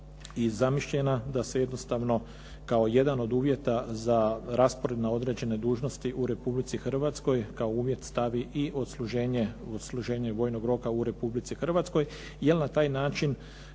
i zamišljena da se jednostavno kao jedan od uvjeta za raspored na određene dužnosti u Republici Hrvatskoj kao uvjet stavi i odsluženje vojnog roka u Republici Hrvatskoj jer na taj način